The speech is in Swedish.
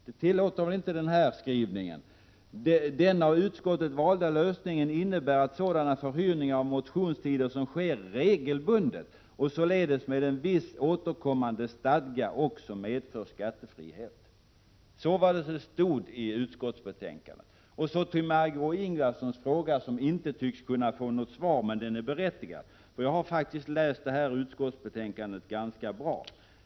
Det tillåter väl inte den här skrivningen: ”Den av utskottet valda lösningen innebär att sådana förhyrningar av motionstider som sker regelbundet och således med en viss återkommande stadga också medför skattefrihet.” Det är vad som står i utskottsbetänkandet. Så till Margé Ingvardssons fråga, som inte tycks kunna få något svar men som är berättigad. Jag har faktiskt läst det här utskottsbetänkandet ganska bra.